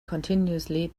continuously